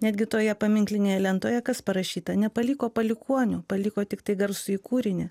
netgi toje paminklinėje lentoje kas parašyta nepaliko palikuonių paliko tiktai garsųjį kūrinį